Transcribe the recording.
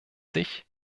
sich